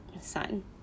son